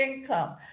income